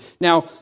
Now